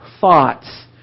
thoughts